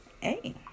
Hey